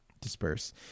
disperse